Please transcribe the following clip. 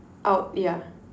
out yeah